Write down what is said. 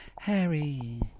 Harry